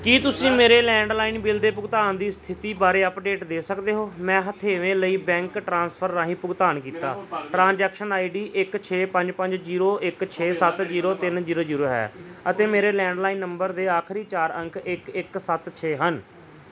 ਕੀ ਤੁਸੀਂ ਮੇਰੇ landline bill ਦੇ ਭੁਗਤਾਨ ਦੀ ਸਥਿਤੀ ਬਾਰੇ ਅੱਪਡੇਟ ਦੇ ਸਕਦੇ ਹੋ ਮੈਂ ਹਥੇਵੇ ਲਈ ਬੈਂਕ ਟ੍ਰਾਂਸਫਰ ਰਾਹੀਂ ਭੁਗਤਾਨ ਕੀਤਾ ਟ੍ਰਾਂਜੈਕਸ਼ਨ ਆਈਡੀ ਇੱਕ ਛੇ ਪੰਜ ਪੰਜ ਜੀਰੋ ਇੱਕ ਛੇ ਸੱਤ ਜੀਰੋ ਤਿੰਨ ਜੀਰੋ ਜੀਰੋ ਹੈ ਅਤੇ ਮੇਰੇ ਲੈਂਡਲਾਈਨ ਨੰਬਰ ਦੇ ਆਖਰੀ ਚਾਰ ਅੰਕ ਇੱਕ ਇੱਕ ਸੱਤ ਛੇ ਹਨ